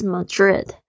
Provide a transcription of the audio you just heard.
Madrid